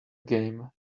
game